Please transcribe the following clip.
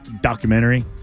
documentary